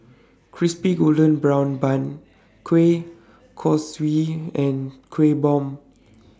Crispy Golden Brown Bun Kueh Kosui and Kueh Bom